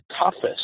toughest